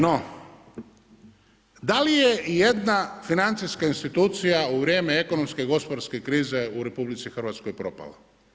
No, da li je ijedna financijska institucija u vrijeme ekonomske gospodarske krize u RH propala?